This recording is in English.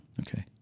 Okay